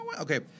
okay